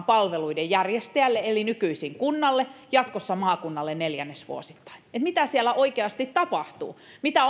palveluiden järjestäjälle eli nykyisin kunnalle jatkossa maakunnalle toimitetaan neljännesvuosittain omavalvonnan raportit mitä siellä oikeasti tapahtuu mitä